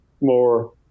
more